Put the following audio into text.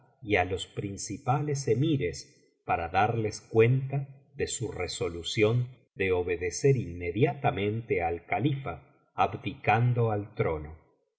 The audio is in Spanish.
á los principales emires para darles cuenta de su resolución de obedecer inmediatamente al califa abdicando el trono